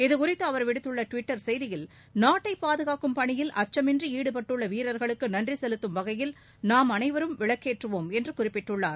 இதுகுறித்து அவர் விடுத்துள்ள டுவிட்டர் செய்தியில் நாட்டை பாதுகாக்கும் பணியில் அச்சமின்றி ஈடுபட்டுள்ள வீரர்களுக்கு நன்றி செலுத்தும் வகையில் நாம் அனைவரும் விளக்கேற்றுவோம் என்று குறிப்பிட்டுள்ளார்